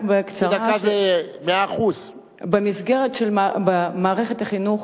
חצי דקה זה 100%. במסגרת מערכת החינוך,